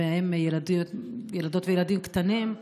בהם ילדות וילדים קטנים,